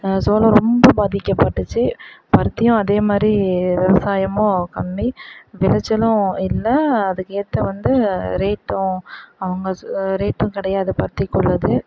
சோளம் ரொம்ப பாதிக்கப்பட்டிருச்சி பருத்தியும் அதேமாதிரி விவசாயமும் கம்மி விளைச்சலும் இல்லை அதுக்கேற்ற வந்து ரேட்டும் அவங்க சொ ரேட்டும் கிடையாது பருத்திக்கு உள்ளது